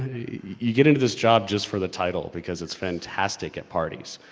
you get into this job just for the title because it's fantastic at parties.